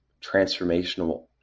transformational